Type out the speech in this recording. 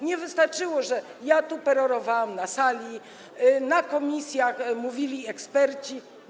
Nie wystarczyło, że ja perorowałam na sali, w komisjach mówili eksperci.